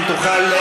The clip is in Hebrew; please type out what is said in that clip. אם תוכל,